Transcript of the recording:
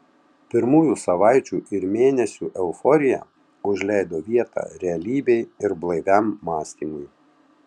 pirmųjų savaičių ir mėnesių euforija užleido vietą realybei ir blaiviam mąstymui